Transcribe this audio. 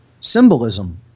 symbolism